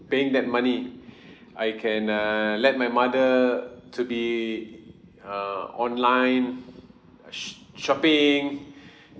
paying that money I can err let my mother to be uh online uh sh~ shopping